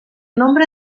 nombre